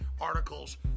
articles